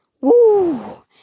Woo